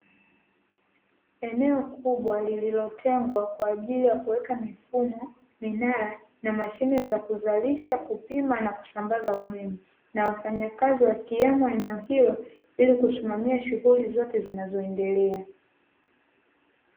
Eneo kubwa lililotengwa kwa ajili ya kuweka mifumo imara na mashine za kuzalisha kupima na kusambaza umeme na wafanyakazi wakiwemo eneo hilo ili kusimamia shughuli zote zinazoendelea.